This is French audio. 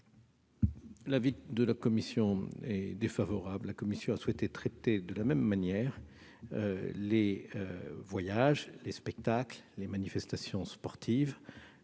l'avis de la commission ? La commission a souhaité traiter de la même manière les voyages, les spectacles et les manifestations sportives.